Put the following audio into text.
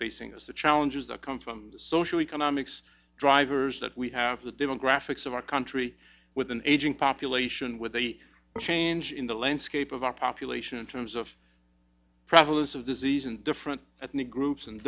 facing us the challenges that come from the social economics drivers that we have the demographics of our country with an aging population with a change in the landscape of our population in terms of prevalence of disease in different ethnic groups and